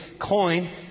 coin